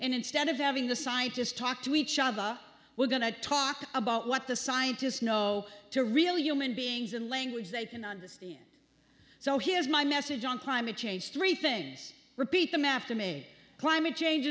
and instead of having the scientists talk to each other we're going to talk about what the scientists know to real human beings in language they can understand so here's my message on climate change three things repeat them after made climate change